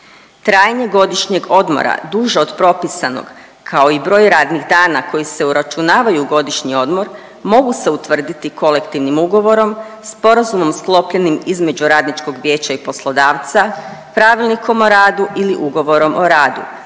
Trajanje godišnjeg odmora duže od propisanog kao i broj radnih dana koji se uračunavaju u godišnji odmor mogu se utvrditi kolektivnim ugovorom, sporazumom sklopljenim između Radničkog vijeća i poslodavca, Pravilnikom o radu ili ugovorom o radu,